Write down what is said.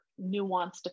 nuanced